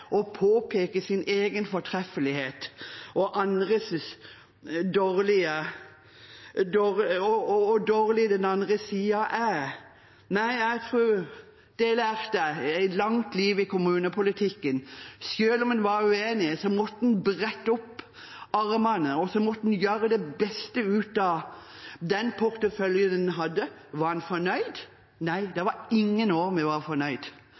påpeke sin egen fortreffelighet – og å påpeke hvor dårlig den andre siden er. Nei, det har jeg lært etter et langt liv i kommunepolitikken, at selv om en var uenig, så måtte en brette opp ermene og gjøre det beste ut av den porteføljen en hadde. Var en fornøyd? Nei, det var ingen år vi var fornøyde. Noen år var vi mer fornøyd